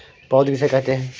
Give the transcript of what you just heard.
पौध किसे कहते हैं?